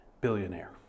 billionaire